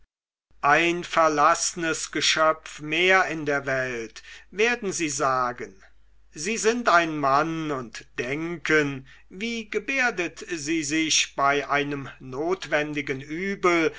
ein verlaßnes geschöpf mehr in der welt werden sie sagen sie sind ein mann und denken wie gebärdet sie sich bei einem notwendigen übel